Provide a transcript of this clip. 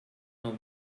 know